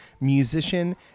musician